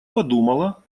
подумала